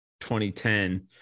2010